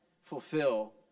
fulfill